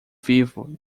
vivo